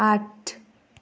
आठ